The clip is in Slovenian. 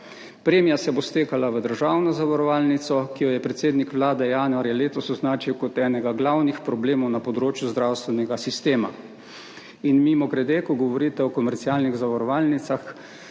Premija se bo stekala v državno zavarovalnico, ki jo je predsednik Vlade januarja letos označil kot enega glavnih problemov na področju zdravstvenega sistema. In mimogrede, ko govorite o komercialnih zavarovalnicah,